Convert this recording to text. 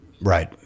Right